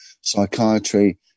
Psychiatry